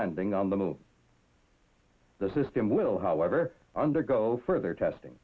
landing on the moon the system will however undergo further testing